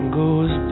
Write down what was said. goes